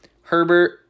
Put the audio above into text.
Herbert